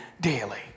daily